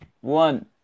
one